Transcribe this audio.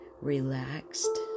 relaxed